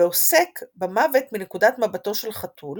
ועוסק במוות מנקודת מבטו של חתול